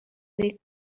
they